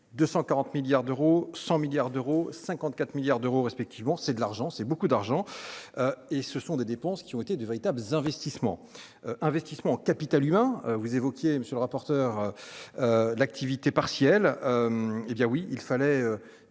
140 milliards d'euros, 100 milliards d'euros, 54 milliards d'euros respectivement c'est de l'argent, c'est beaucoup d'argent et ce sont des dépenses qui ont été de véritables investissements investissements en capital humain, vous évoquiez, monsieur le rapporteur, l'activité partielle, hé bien oui, il fallait